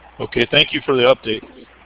okay, thank you for the update.